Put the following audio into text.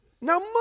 Now